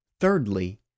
Thirdly